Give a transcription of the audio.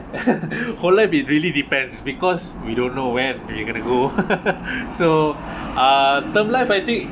whole life it really depends because we don't know when we're gonna to go so uh term life I think